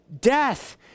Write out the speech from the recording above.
Death